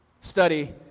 study